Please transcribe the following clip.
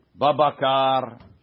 babakar